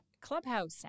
clubhouse